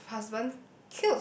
the husband